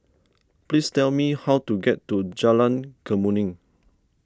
please tell me how to get to Jalan Kemuning